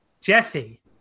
Jesse